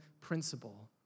principle